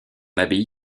abbaye